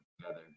together